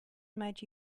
might